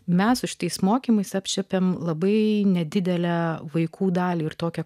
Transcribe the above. mes su šitais mokymais apčiuopėme labai nedidelę vaikų dalį ir tokia